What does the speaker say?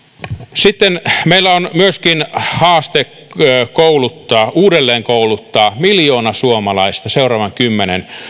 sitten meillä on myöskin haaste uudelleenkouluttaa miljoona suomalaista seuraavan kymmenen